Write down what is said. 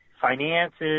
finances